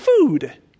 food